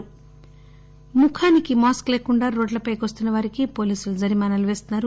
జరిమానా ముఖానికి మాస్క్లేకుండా రోడ్లపైకి వస్తున్న వారికి పోలీసులు జరిమానాలు పేస్తున్నారు